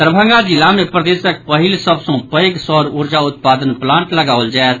दरभंगा जिला मे प्रदेशक पहिल सभ सँ पैघ सौर ऊर्जा उत्पादन प्लांट लगाओल जायत